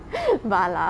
bala